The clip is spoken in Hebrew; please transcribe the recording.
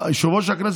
ביקשנו להחליף.